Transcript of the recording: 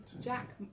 Jack